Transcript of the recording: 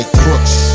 crooks